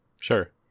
Sure